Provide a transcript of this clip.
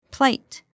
Plate